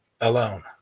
alone